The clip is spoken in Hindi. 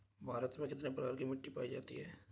भारत में कितने प्रकार की मिट्टी पाई जाती हैं?